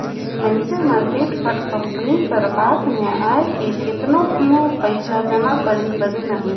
मइनसे मन chit fund company कर बात में आएके केतनो पइसा जमा करिन करिन अहें